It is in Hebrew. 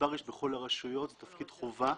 גזבר יש בכל הרשויות, זה תפקיד חובה.